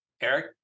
Eric